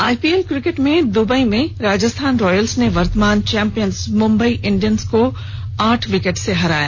IPL cricket में Dubai में Rajasthan Royals ने वर्तमान चैम्पियन मुंबई इंडियंस को आठ विकेट से हराया